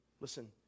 Listen